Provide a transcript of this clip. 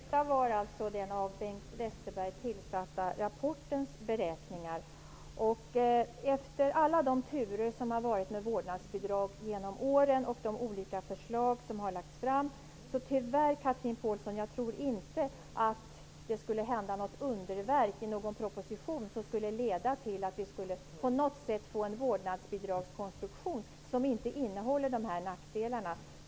Fru talman! Detta var alltså den av Bengt Westerberg tillsatta gruppens beräkningar. Efter alla turer genom åren med vårdnadsbidraget och de olika förslag som har lagts fram, tror jag tyvärr inte, Chatrine Pålsson, att det händer något underverk i någon proposition som skulle leda till en vårdnadsbidragskonstruktion som inte innehåller dessa nackdelar.